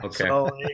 Okay